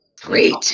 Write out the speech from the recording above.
Great